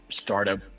startup